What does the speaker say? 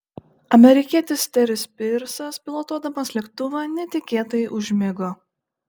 amerikietis teris pyrsas pilotuodamas lėktuvą netikėtai užmigo